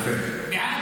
יפה.